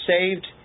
saved